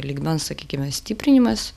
lygmens sakykime stiprinimas